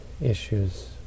issues